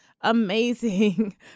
amazing